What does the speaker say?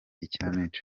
ikinamico